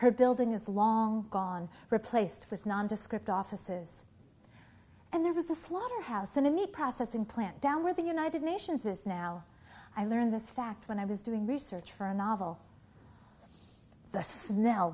her building is long gone replaced with nondescript offices and there was a slaughter house and in the processing plant down where the united nations is now i learned this fact when i was doing research for a novel the smell